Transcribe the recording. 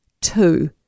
two